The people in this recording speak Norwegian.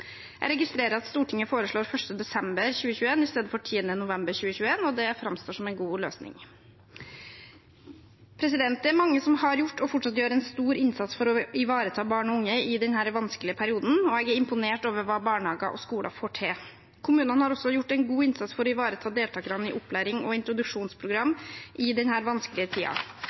Jeg registrerer at Stortinget foreslår 1. desember 2021 istedenfor 10. november 2021, og det framstår som en god løsning. Det er mange som har gjort og fortsatt gjør en stor innsats for å ivareta barn og unge i denne vanskelige perioden, og jeg er imponert over hva barnehager og skoler får til. Kommunene har også gjort en god innsats for å ivareta deltakerne i opplæring og introduksjonsprogram i denne vanskelige